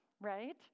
right